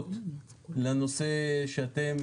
ישירות לנושא שאתם,